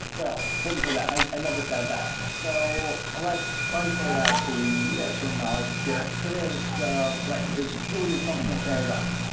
well, i wouldn't say that. i i never said that. so let's try to sort out the yeah terminology here. there is like the purely functional paradigm,